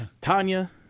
Tanya